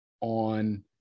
on